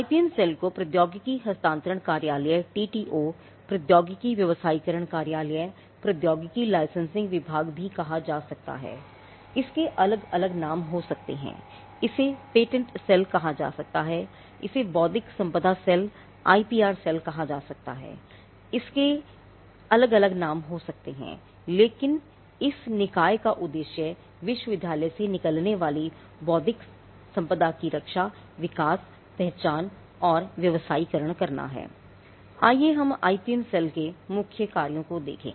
IPM cell के मुख्य कार्यों को देखें